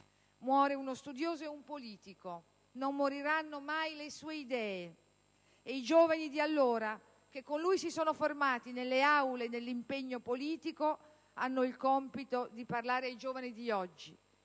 Muore uno studioso e un politico, non moriranno mai le sue idee. I giovani di allora, che con lui si sono formati nelle aule e nell'impegno politico, hanno il compito di parlare ai giovani di oggi